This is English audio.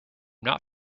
not